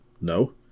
No